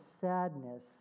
sadness